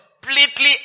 completely